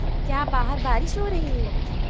کیا باہر بارش ہو رہی ہے